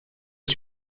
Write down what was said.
est